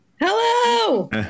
Hello